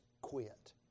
quit